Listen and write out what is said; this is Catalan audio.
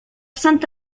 sant